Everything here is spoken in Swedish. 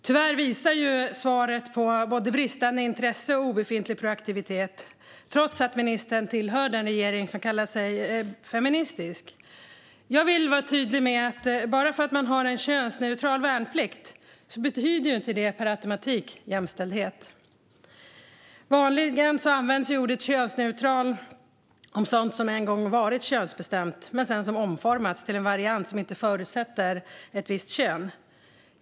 Tyvärr visar svaret på både bristande intresse och obefintlig proaktivitet, trots att statsrådet tillhör en regering som kallar sig feministisk. Jag vill vara tydlig med att en könsneutral värnplikt inte per automatik betyder jämställdhet. Vanligen används ordet könsneutral om sådant som en gång varit könsbestämt men sedan omformats till en variant som inte förutsätter ett visst kön.